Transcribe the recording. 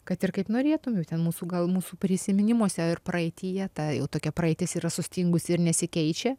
kad ir kaip norėtum jau ten mūsų gal mūsų prisiminimuose ir praeityje ta jau tokia praeitis yra sustingusi ir nesikeičia